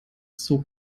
zog